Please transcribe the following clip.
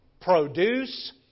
Produce